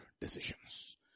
decisions